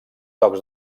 tocs